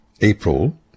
April